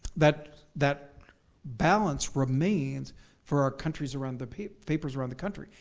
that that balance remains for our countries around the, papers papers around the country.